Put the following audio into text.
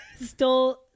stole